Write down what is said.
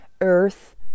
Earth